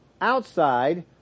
outside